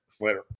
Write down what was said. Later